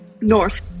north